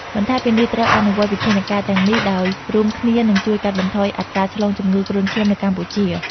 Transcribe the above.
បន្ថែមពីនេះ ត្រូវអនុវត្តវិធានការទាំងនេះ ដោយរួមគ្នានឹងជួយកាត់បន្ថយអត្រាឆ្លងជំងឺគ្រុនឈាមនៅកម្ពុជា។